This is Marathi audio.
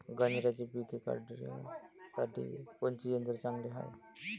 गांजराचं पिके काढासाठी कोनचे यंत्र चांगले हाय?